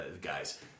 guys